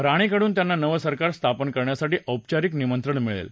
राणीकडून त्यांना नवं सरकार स्थापन करण्यासाठी औपचारिक निमंत्रण मिळेल